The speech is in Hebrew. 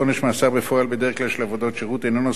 עבודת שירות אינו נושא את עונשו בתוך בית-הסוהר,